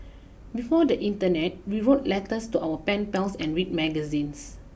before the Internet we wrote letters to our pen pals and read magazines